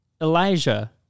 Elijah